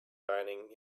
dining